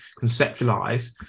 conceptualize